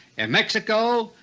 and mexico,